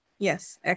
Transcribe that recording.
Yes